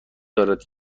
دارد